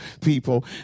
people